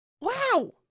Wow